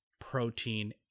protein